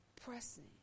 pressing